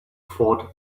fought